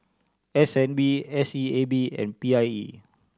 S N B S E A B and P I E